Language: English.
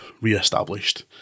re-established